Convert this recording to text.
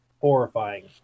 horrifying